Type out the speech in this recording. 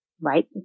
Right